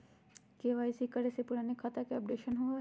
KYC करें से पुराने खाता के अपडेशन होवेई?